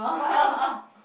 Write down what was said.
what else